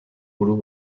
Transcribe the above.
buru